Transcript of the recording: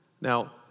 Now